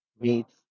meets